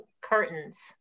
curtains